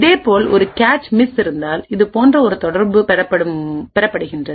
இதேபோல் ஒரு cache miss இருந்தால் இது போன்ற ஒரு தொடர்பு பெறப்படுகிறது